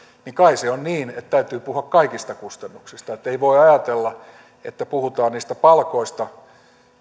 niin kai se on niin että täytyy puhua kaikista kustannuksista ei voi ajatella että puhutaan niistä palkoista